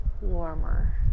warmer